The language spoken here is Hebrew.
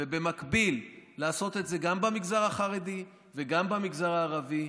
ובמקביל לעשות את זה גם במגזר החרדי וגם במגזר הערבי,